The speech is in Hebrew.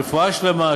רפואה שלמה,